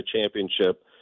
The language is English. championship